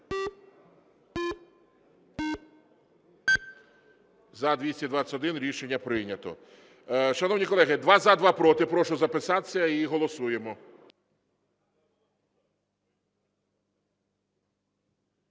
За-221 Рішення прийнято. Шановні колеги, два – за, два – проти, прошу записатися і голосуємо.